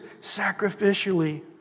sacrificially